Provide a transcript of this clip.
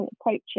approaches